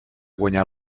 guanyat